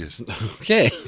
Okay